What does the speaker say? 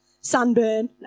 sunburn